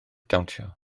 dawnsio